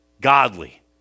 godly